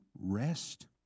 rest